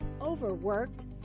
Overworked